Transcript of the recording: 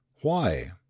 Why